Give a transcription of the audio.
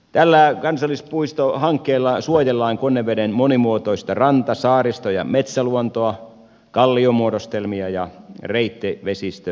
tällä kansallispuistohankkeella suojellaan konneveden monimuotoista ranta saaristo ja metsäluontoa kalliomuodostelmia ja reittivesistömaisemia